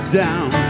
down